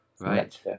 right